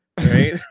right